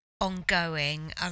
ongoing